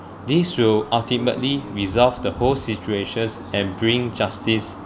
this will ultimately resolve the whole situations and bring justice